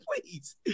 Please